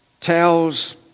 tells